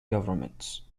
government